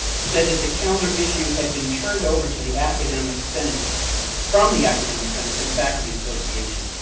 said that the calendar issue had been turned over to the academic senate from the academic senate to the faculty association.